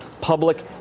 public